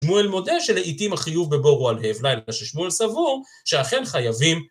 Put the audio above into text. שמואל מודה שלאיטים החיוב בבורו על הבלילה ששמואל סבור שאכן חייבים